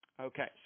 Okay